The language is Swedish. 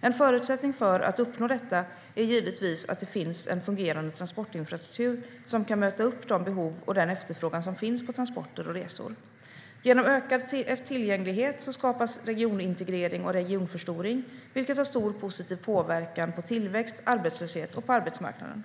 En förutsättning för att uppnå detta är givetvis att det finns en fungerande transportinfrastruktur som kan möta upp de behov och den efterfrågan som finns på transporter och resor. Genom ökad tillgänglighet skapas regionintegrering och regionförstoring, vilket har stor positiv påverkan på tillväxten, arbetslösheten och arbetsmarknaden.